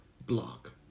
Block